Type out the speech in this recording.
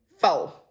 Four